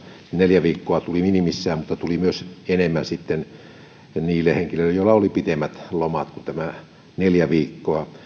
neljä viikkoa tuli minimissään mutta tuli myös enemmän sitten niille henkilöille joilla oli pitemmät lomat kuin tämä neljä viikkoa